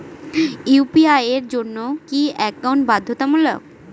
UPI এর জন্য কি একাউন্ট বাধ্যতামূলক?